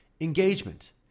Engagement